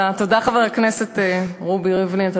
חבר הכנסת רובי ריבלין.